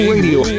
Radio